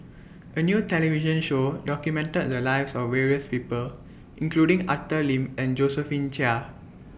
A New television Show documented The Lives of various People including Arthur Lim and Josephine Chia